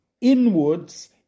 inwards